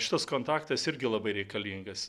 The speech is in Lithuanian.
šitas kontaktas irgi labai reikalingas